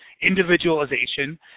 individualization